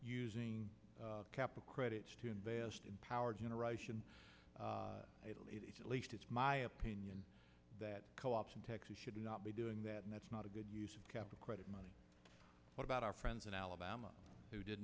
using capital credits to invest in power generation at least it's my opinion that co ops in texas should not be doing that and that's not a good use of capital credit money what about our friends in alabama who did